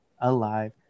alive